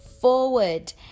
forward